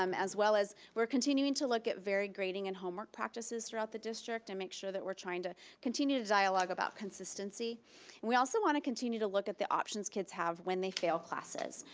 um as well as, we're continuing to look at varied grading and homework practices throughout the district, and make sure that we're trying to continue to to dialogue about consistency and we also want to continue to look at the options kids have, when they fail classes.